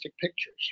pictures